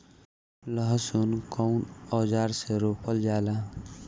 लहसुन कउन औजार से रोपल जाला?